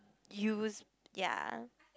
use ya